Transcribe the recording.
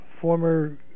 former